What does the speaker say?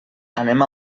anem